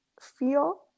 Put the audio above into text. feel